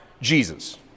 Jesus